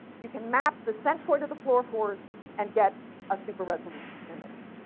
you can map the centroid of the flurophores and get a super resolution image.